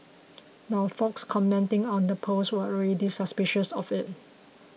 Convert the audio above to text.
now folks commenting on the post were already suspicious of it